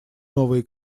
новые